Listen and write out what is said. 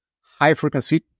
high-frequency